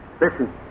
Listen